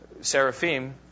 seraphim